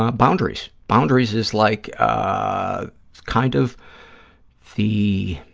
ah boundaries. boundaries is like ah kind of the,